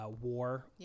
war